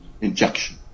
injection